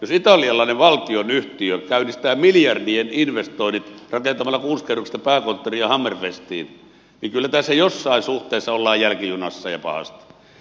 jos italialainen valtionyhtiö käynnistää miljardien investoinnit rakentamalla kuusikerroksista pääkonttoria hammerfestiin niin kyllä tässä jossain suhteessa ollaan jälkijunassa ja pahasti